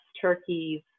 turkeys